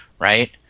right